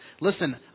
listen